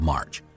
March